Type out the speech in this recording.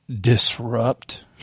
disrupt